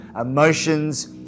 Emotions